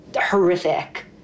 horrific